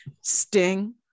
sting